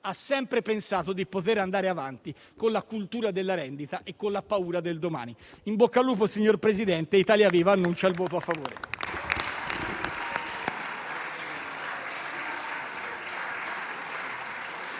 ha sempre pensato di poter andare avanti con la cultura della rendita e con la paura del domani.